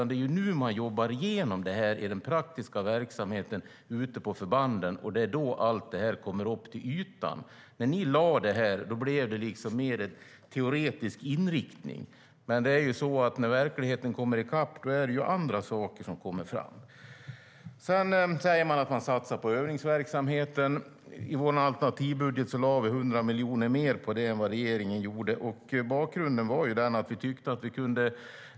Det är när man nu jobbar igenom det i den praktiska verksamheten ute på förbanden som allt kommer upp till ytan. Besparingsbetinget som ni lade hade en mer teoretisk inriktning, men när verkligheten kommer ikapp är det andra saker som kommer fram. Försvarsministern säger att man satsar på övningsverksamheten. I vår alternativbudget lade vi 100 miljoner mer på övningsverksamheten än vad regeringen gjorde.